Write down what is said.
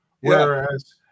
whereas